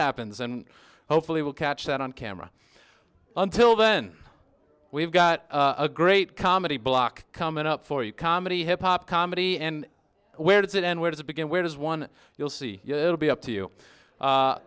happens and hopefully we'll catch that on camera until then we've got a great comedy block coming up for you comedy hip hop comedy and where does it end where does it begin where does one you'll see it will be up to you